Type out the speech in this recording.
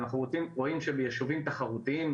ואנחנו רואים שבישובים תחרותיים,